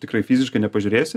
tikrai fiziškai nepažiūrėsi